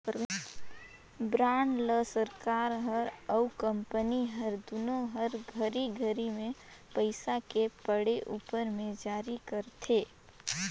bond ल सरकार हर अउ कंपनी हर दुनो हर घरी घरी मे पइसा के पड़े उपर मे जारी करथे